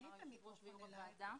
שאמר היושב ראש ויושב ראש הוועדה.